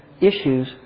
issues